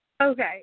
Okay